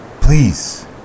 Please